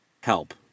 help